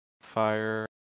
fire